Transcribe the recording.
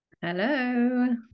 Hello